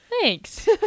thanks